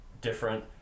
different